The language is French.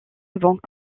avant